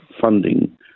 funding